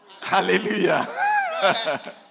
Hallelujah